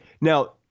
Now